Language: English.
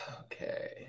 okay